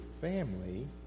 family